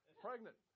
pregnant